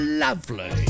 Lovely